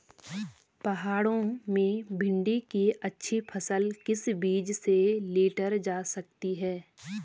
पहाड़ों में भिन्डी की अच्छी फसल किस बीज से लीटर जा सकती है?